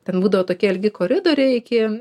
ten būdavo tokie ilgi koridoriai iki